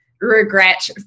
regret